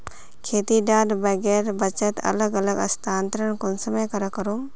खेती डा बैंकेर बचत अलग अलग स्थानंतरण कुंसम करे करूम?